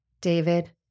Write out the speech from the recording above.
David